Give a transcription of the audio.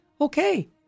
Okay